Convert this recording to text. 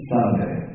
Sunday